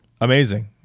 Amazing